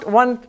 one